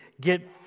get